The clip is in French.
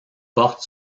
portent